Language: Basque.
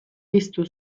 piztu